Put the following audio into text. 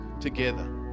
together